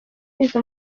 izo